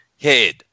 head